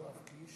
יואב קיש